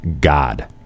God